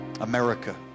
America